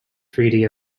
freely